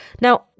Now